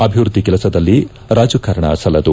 ಅಭಿವೃದ್ದಿ ಕೆಲಸದಲ್ಲಿ ರಾಜಕಾರಣ ಸಲ್ಲದು